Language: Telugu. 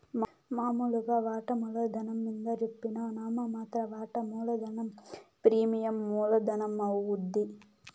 మామూలుగా వాటామూల ధనం మింద జెప్పిన నామ మాత్ర వాటా మూలధనం ప్రీమియం మూల ధనమవుద్ది